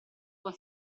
con